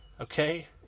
okay